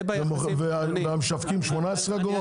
והמשווקים 18 אגורות?